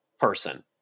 person